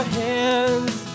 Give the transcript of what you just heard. hands